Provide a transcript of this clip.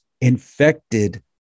infected